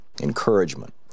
encouragement